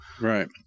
Right